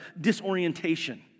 disorientation